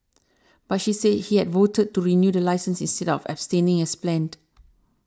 but she said he had voted to renew the licence instead of abstaining as planned